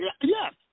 Yes